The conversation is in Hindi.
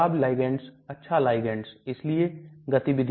हमारे पास पेट है फिर यह colon है इसको duodenum कहा जाता है